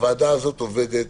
הוועדה הזאת עובדת